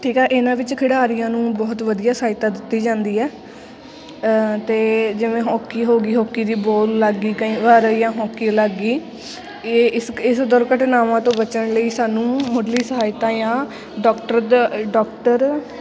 ਠੀਕ ਆ ਇਹਨਾਂ ਵਿੱਚ ਖਿਡਾਰੀਆਂ ਨੂੰ ਬਹੁਤ ਵਧੀਆ ਸਹਾਇਤਾ ਦਿੱਤੀ ਜਾਂਦੀ ਹੈ ਅਤੇ ਜਿਵੇਂ ਹੋਕੀ ਹੋ ਗਈ ਹੋਕੀ ਦੀ ਬੋਲ ਲੱਗ ਗਈ ਕਈ ਵਾਰ ਜਾਂ ਹੋਕੀ ਲੱਗ ਗਈ ਇਹ ਇਸ ਇਸ ਦਰਘਟਨਾਵਾਂ ਤੋਂ ਬਚਣ ਲਈ ਸਾਨੂੰ ਮੁੱਢਲੀ ਸਹਾਇਤਾ ਜਾਂ ਡਾਕਟਰ ਦ ਡਾਕਟਰ